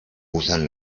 usan